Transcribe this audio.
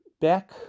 back